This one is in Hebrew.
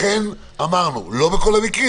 אכן אמרנו לא בכל המקרים,